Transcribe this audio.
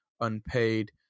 unpaid